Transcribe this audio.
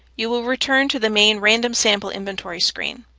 you will return to the main random sample inventory screen.